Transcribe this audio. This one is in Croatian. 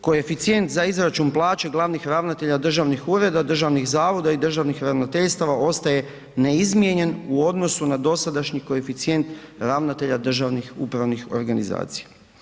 Koeficijent za izračun plaće glavnih ravnatelja državnih ureda, državnih zavoda i državnih ravnateljstava ostaje neizmijenjen u odnosu na dosadašnji koeficijent ravnatelja državnih upravnih organizacija.